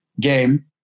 game